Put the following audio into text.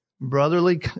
brotherly